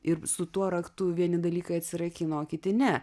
ir su tuo raktu vieni dalykai atsirakina o kiti ne